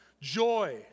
joy